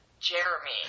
jeremy